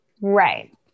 Right